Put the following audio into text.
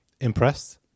impressed